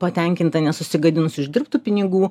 patenkinta nesusigadinus uždirbtų pinigų